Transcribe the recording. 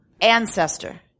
ancestor